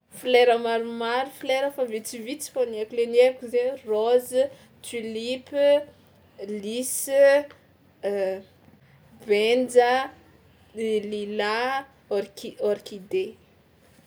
Folera maromaro folera fa vitsivitsy fao ny haiko le ny haiko zay: rose, tulipe, lys, benja, l- lila, orchi- orchidée.